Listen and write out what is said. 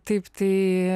taip tai